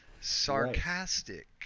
sarcastic